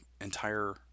entire